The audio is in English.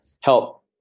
help